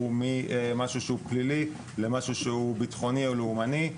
פלילי למשהו שהוא בטחוני או לאומני,